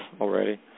already